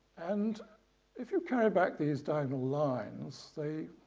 and if you carry back these diagonal lines they